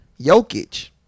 Jokic